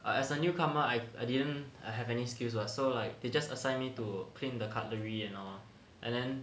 as a newcomer I I didn't have any skills lah so like it just assign me to clean the cutlery you know and then